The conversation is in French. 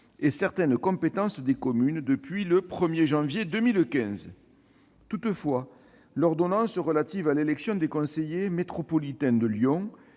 et certaines compétences des communes depuis le 1 janvier 2015. Toutefois, l'ordonnance relative à l'élection des conseillers métropolitains de Lyon